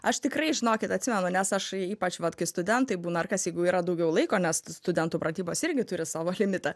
aš tikrai žinokit atsimenu nes aš ypač vat kai studentai būna ir kas jeigu yra daugiau laiko nes studentų pratybos irgi turi savo limitą